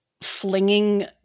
flinging